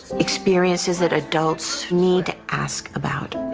experiences that adults need to ask about.